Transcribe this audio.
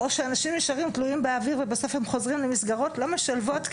או שאנשים נשארים תלויים באוויר ובסוף הם חוזרים למסגרות לא משלבות,